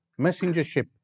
messengership